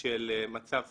של מצב סוציו-אקונומי,